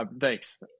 Thanks